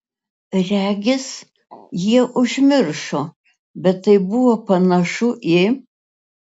regis jie užmiršo bet tai buvo panašu į